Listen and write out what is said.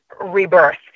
rebirth